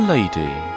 Lady